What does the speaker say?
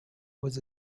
was